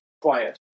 quiet